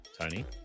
Tony